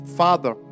father